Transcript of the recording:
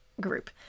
group